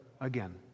again